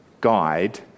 guide